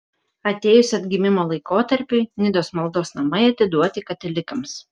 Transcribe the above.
atėjus atgimimo laikotarpiui nidos maldos namai atiduoti katalikams